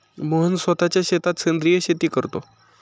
मोहन स्वतःच्या शेतात सेंद्रिय शेती करतो